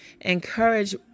Encourage